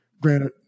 Granted